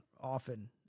often